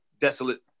desolate